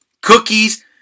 Cookies